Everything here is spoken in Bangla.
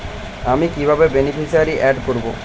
আমি কিভাবে বেনিফিসিয়ারি অ্যাড করব?